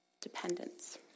Dependence